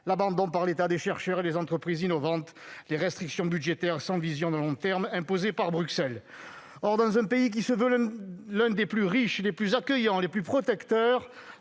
l'abandon par l'État des chercheurs et des entreprises innovantes, les restrictions budgétaires sans vision de long terme imposées par Bruxelles. Or, dans un pays qui se veut l'un des plus riches, des plus accueillants, des plus protecteurs,